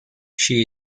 she